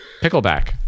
pickleback